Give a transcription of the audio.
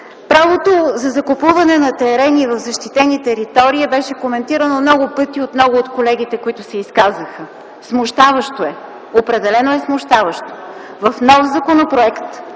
Правото за закупуване на терени в защитена територия беше коментирано много пъти от колеги, които се изказаха. Смущаващо е – определено е смущаващо. В нов законопроект,